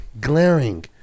glaring